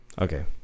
Okay